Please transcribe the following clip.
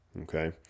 Okay